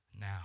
Now